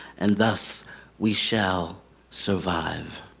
and thus we shall survive.